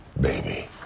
baby